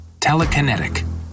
Telekinetic